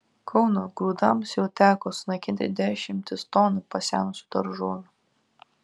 kauno grūdams jau teko sunaikinti dešimtis tonų pasenusių daržovių